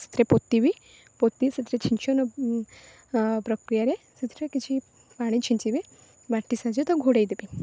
ସେଥିରେ ପୋତିବି ପୋତି ସେଥିରେ ଛିଞ୍ଚନ ପ୍ରକ୍ରିୟାରେ ସେଥିରେ କିଛି ପାଣି ଛିଞ୍ଚିବି ମାଟି ସାହାଯ୍ୟରେ ତାକୁ ଘୋଡ଼ାଇ ଦେବି